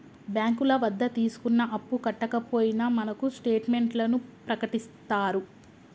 బ్యాంకుల వద్ద తీసుకున్న అప్పు కట్టకపోయినా మనకు స్టేట్ మెంట్లను ప్రకటిత్తారు